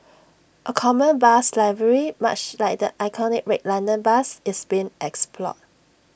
A common bus livery much like the iconic red London bus is being explored